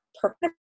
perfect